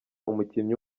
umukinnyi